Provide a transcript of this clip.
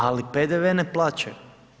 Ali, PDV ne plaćaju.